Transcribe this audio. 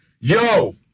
Yo